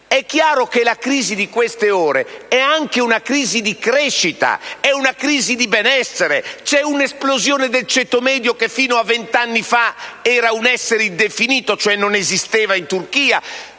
È chiaro che quella di queste ore è anche una crisi di crescita, una crisi di benessere; c'è un'esplosione del ceto medio che fino a vent'anni fa era un essere indefinito, cioè non esisteva in Turchia,